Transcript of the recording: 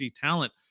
talent